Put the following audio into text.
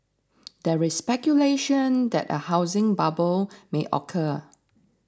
there is speculation that a housing bubble may occur